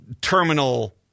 terminal